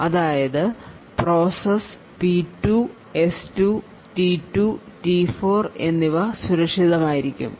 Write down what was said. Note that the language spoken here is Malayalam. അതായത് process P2 S2 T2 T4 എന്നിവ സുരക്ഷിതമായിരിക്കും